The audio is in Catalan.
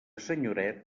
senyoret